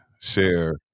Share